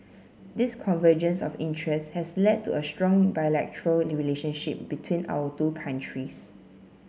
this convergence of interest has led to a strong bilateral relationship between our two countries